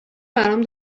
برام